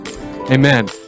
Amen